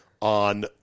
on